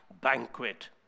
banquet